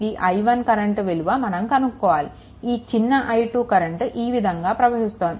ఈ i1 current విలువ మనం కనుక్కోవాలి ఈ చిన్న i2 కరెంట్ ఈ విధంగా ప్రవహిస్తోంది